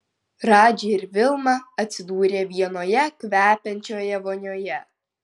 radži ir vilma atsidūrė vienoje kvepiančioje vonioje